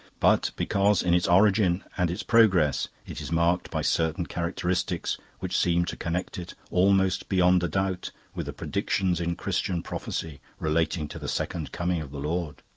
but because in its origin and its progress it is marked by certain characteristics which seem to connect it almost beyond a doubt with the predictions in christian prophecy relating to the second coming of the lord.